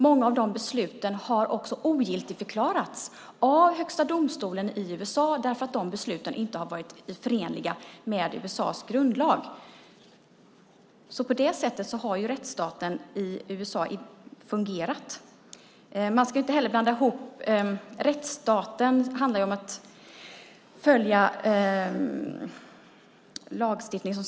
Många av de besluten har också ogiltigförklarats av Högsta domstolen i USA eftersom besluten inte har varit förenliga med USA:s grundlag. På det sättet har rättsstaten USA fungerat. Rättsstaten handlar som sagt om att följa lagstiftningen.